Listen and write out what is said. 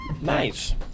Nice